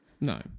no